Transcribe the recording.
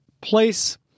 place